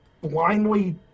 blindly